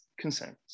concerns